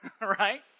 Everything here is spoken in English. right